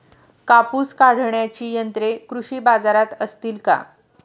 कापूस काढण्याची यंत्रे कृषी बाजारात असतील का?